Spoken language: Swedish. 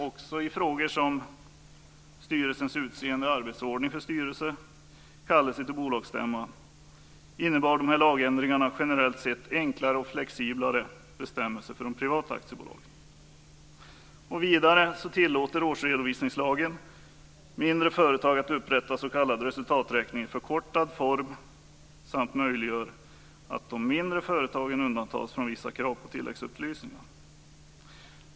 Också i frågor som styrelsens utseende, arbetsordning för styrelse, kallelse till bolagsstämma innebar dessa lagändringar generellt sett enklare och flexiblare bestämmelser för de privata aktiebolagen. Vidare tillåter årsredovisningslagen mindre företag att upprätta s.k. resultaträkning i förkortad form samt möjliggör att de mindre företagen undantas från vissa krav på tilläggsupplysningar.